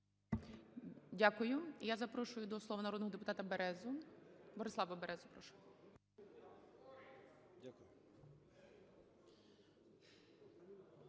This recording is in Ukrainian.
Дякую. Я запрошую до слова народного депутата Березу, Борислава Березу, прошу.